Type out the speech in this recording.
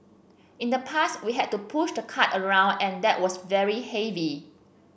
in the past we had to push the cart around and that was very heavy